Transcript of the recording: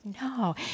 No